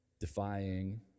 defying